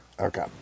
Okay